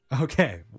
Okay